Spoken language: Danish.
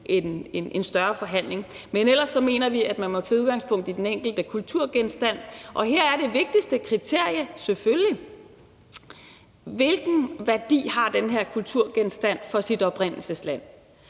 Men ellers mener vi, at man må tage udgangspunkt i den enkelte kulturgenstand, og her er det vigtigste kriterium selvfølgelig, hvilken værdi den her kulturgenstand har for sit oprindelsesland.